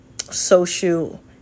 Social